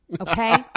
okay